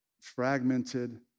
fragmented